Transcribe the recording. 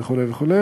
וכו' וכו',